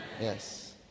yes